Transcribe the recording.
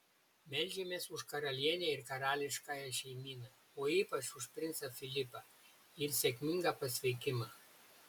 meldžiamės už karalienę ir karališkąją šeimyną o ypač už princą filipą ir sėkmingą pasveikimą